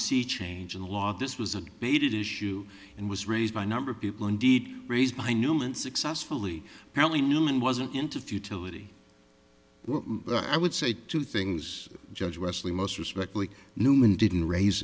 sea change in the law this was a made it issue and was raised by a number of people indeed raised by newman successfully apparently newman wasn't into futility but i would say two things judge wesley most respectfully newman didn't raise